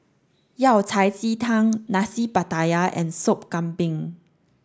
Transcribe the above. Yao Cai Ji Tang Nasi Pattaya and Sop Kambing